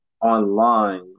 online